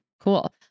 Cool